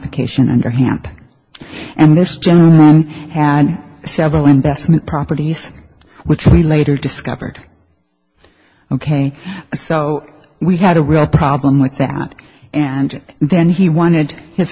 vacation and hamp and this gentleman had several investment properties which we later discovered ok so we had a real problem with that and then he wanted his